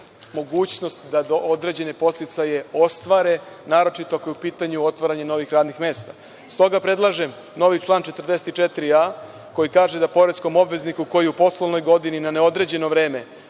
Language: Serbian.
mogućnost da određene podsticaje ostvare, naročito kada je u pitanju otvaranje novih radnih mesta. Stoga predlažem novi član 44a, koji kaže da poreskom obvezniku koji u poslovnoj godini na neodređeno vreme,